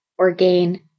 Orgain